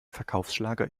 verkaufsschlager